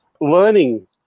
learning